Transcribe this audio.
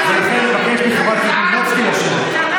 לכך, לכן אני מבקש מחברת הכנסת מלינובסקי לשבת.